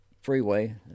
freeway